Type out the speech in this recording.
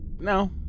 no